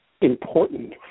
important